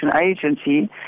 Agency